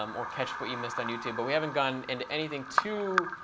um or catch what you missed on youtube. but we haven't gone into anything too